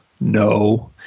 no